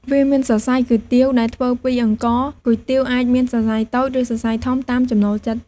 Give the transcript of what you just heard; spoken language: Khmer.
វាមានសរសៃគុយទាវដែលធ្វើពីអង្ករ គុយទាវអាចមានសរសៃតូច ឬសរសៃធំតាមចំណូលចិត្ត។